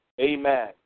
Amen